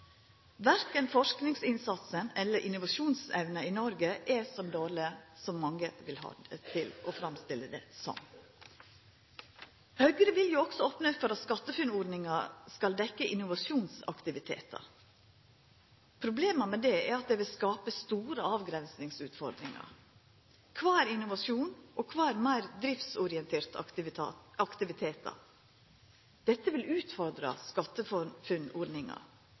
Verken forskingsinnsatsen eller innovasjonsevna i Noreg er så dårleg som mange vil ha det til og framstiller det som. Høgre vil også opna for at SkatteFUNN-ordninga skal dekkja innovasjonsaktivitetar. Problemet med det er at det vil skapa store avgrensingsutfordringar: Kva er innovasjon, og kva er meir driftsorienterte aktivitetar? Dette vil utfordra